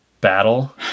battle